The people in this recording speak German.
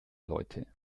leute